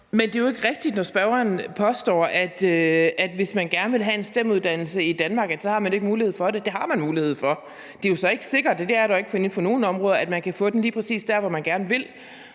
Men det er jo ikke rigtigt, når spørgeren påstår, at hvis man gerne vil have en STEM-uddannelse i Danmark, har man ikke mulighed for det. Det har man mulighed for. Det er så ikke sikkert – og det er det jo ikke inden for nogen